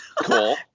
Cool